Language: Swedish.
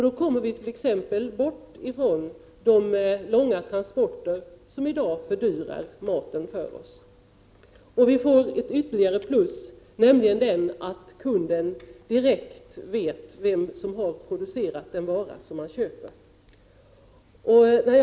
Vi kommer också från de långa transporter som i dag fördyrar maten för oss. Vi får dessutom ett ytterligare plus, nämligen det att kunden direkt vet vem som har producerat den vara som han eller hon köper.